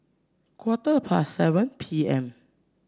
quarter past seven P M